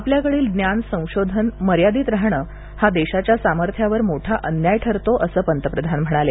आपल्याकडील ज्ञान संशोधन मर्यादित राहण हा देशाच्या सामर्थ्यावर मोठा अन्याय ठरतो असं पंतप्रधान म्हणाले